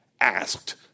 asked